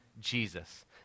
Jesus